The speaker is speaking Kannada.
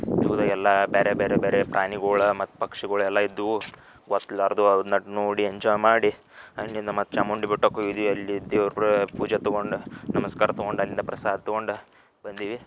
ಜೂದಾಗ ಎಲ್ಲ ಬ್ಯಾರೆ ಬ್ಯಾರೆ ಬ್ಯಾರೆ ಪ್ರಾಣಿಗಳ ಮತ್ತು ಪಕ್ಷಿಗಳ ಎಲ್ಲ ಇದ್ವು ನೋಡಿ ಎಂಜಾಯ್ ಮಾಡಿ ಅಲ್ಲಿಂದ ಮತ್ತೆ ಚಾಮುಂಡಿ ಬೆಟ್ಟಕ್ಕೆ ಹೋಗಿದಿವಿ ಅಲ್ಲಿ ದೇವರ ಪೂಜ ತಗೊಂಡು ನಮಸ್ಕಾರ ತಗೊಂಡು ಅಲ್ಲಿಂದ ಪ್ರಸಾದ ತಗೊಂಡ ಬಂದೀವಿ